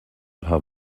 paar